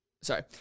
Sorry